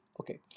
Okay